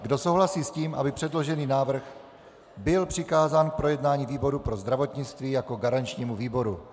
Kdo souhlasí s tím, aby předložený návrh byl přikázán k projednání výboru pro zdravotnictví jako garančnímu výboru?